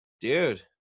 dude